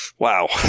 Wow